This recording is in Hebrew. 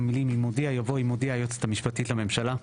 במקום המילים 'אם הודיע' יבוא 'אם הודיעה היועצת המשפטית לממשלה'.